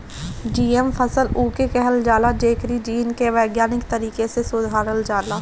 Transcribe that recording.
GM फसल उके कहल जाला जेकरी जीन के वैज्ञानिक तरीका से सुधारल जाला